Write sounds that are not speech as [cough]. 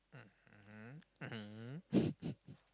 hmm mmhmm [laughs]